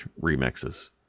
remixes